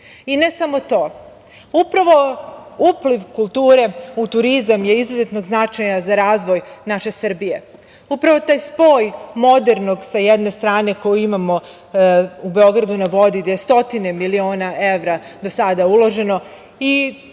i ne samo to, upravo upliv kulture u turizam je od izuzetnog značaja za razvoj naše Srbije, upravo taj spoj modernog, sa jedne strane koji imamo u „Beogradu na vodi“, gde stotine miliona evra do sada uloženo i